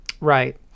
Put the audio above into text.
Right